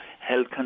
health